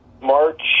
March